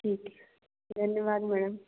ठीक है धन्यवाद मैडम